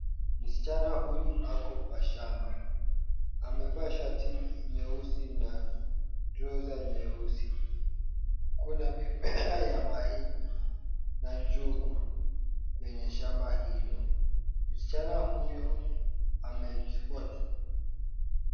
Msichana huyu ako kwa shamba. Amevaa shati nyeusi na trouser nyeusi. Kuna mimea ya mahindi na njugu kwenye shamba hilo.